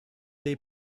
they